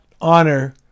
honor